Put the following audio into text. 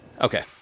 Okay